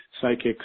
psychics